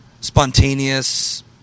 spontaneous